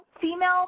female